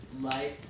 life